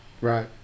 right